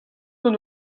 gant